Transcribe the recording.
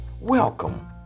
welcome